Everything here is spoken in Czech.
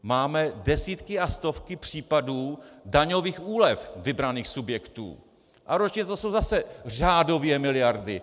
Máme desítky a stovky případů daňových úlev vybraných subjektů a ročně to jsou zase řádově miliardy.